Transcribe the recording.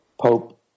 Pope